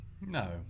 no